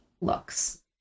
looks